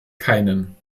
keinen